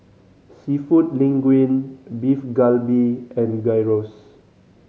Seafood Linguine Beef Galbi and Gyros